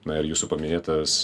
na ir jūsų paminėtas